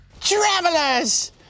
Travelers